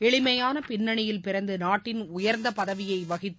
எளிமையான பின்னணியில் பிறந்து நாட்டின் உயர்ந்த பதவியை வகித்த